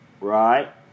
right